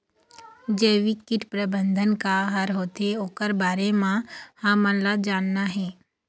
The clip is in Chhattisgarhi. जैविक कीट प्रबंधन का हर होथे ओकर बारे मे हमन ला जानना हे?